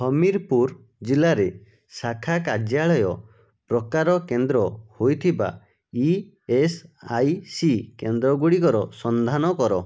ହମିର୍ ପୁର୍ ଜିଲ୍ଲାରେ ଶାଖା କାର୍ଯ୍ୟାଳୟ ପ୍ରକାର କେନ୍ଦ୍ର ହୋଇଥିବା ଇ ଏସ୍ ଆଇ ସି କେନ୍ଦ୍ରଗୁଡ଼ିକର ସନ୍ଧାନ କର